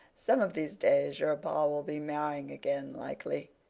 some of these days your pa will be marrying again likely.